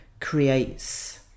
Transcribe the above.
creates